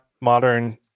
Modern